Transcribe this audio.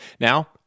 Now